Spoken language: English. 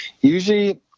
usually